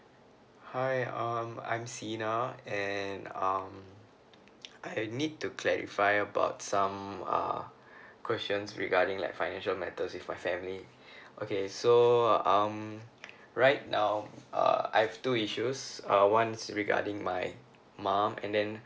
hi um I'm Sina and um I need to clarify about some err questions regarding like financial matters if my family okay so um right now uh I've two issues uh one's regarding my mum and then